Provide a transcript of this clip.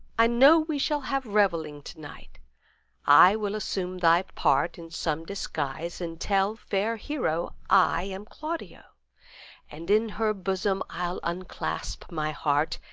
i know we shall have revelling to-night i will assume thy part in some disguise, and tell fair hero i am claudio and in her bosom i'll unclasp my heart,